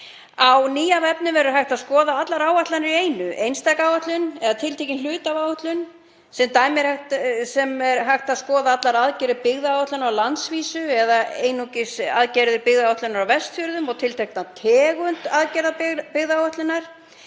Á nýja vefnum verður hægt að skoða allar áætlanir í einu, einstaka áætlun eða tiltekinn hluta af áætlun. Sem dæmi er hægt að skoða allar aðgerðir byggðaáætlanir á landsvísu eða einungis aðgerðir byggðaáætlunar á Vestfjörðum og tiltekna tegund aðgerða byggðaáætlunar